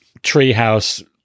treehouse